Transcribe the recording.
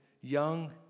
young